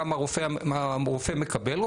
כמה רופא מקבל,